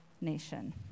nation